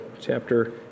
chapter